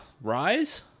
Rise